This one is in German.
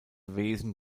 wesen